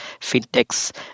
fintechs